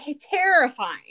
terrifying